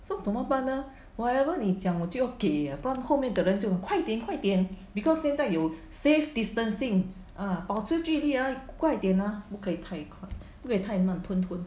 so 怎么办呢 whatever 你讲我就要给 err 不然后面的人就快点快点 because 现在有 safe distancing ah 保持距离 ah 快点 ah 不可以太快不可以太慢吞吞